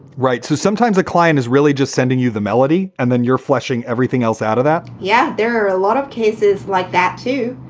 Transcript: right so sometimes the client is really just sending you the melody and then you're fleshing everything else out of that yeah. there are a lot of cases like that, too.